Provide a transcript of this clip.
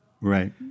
Right